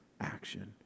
action